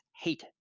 hate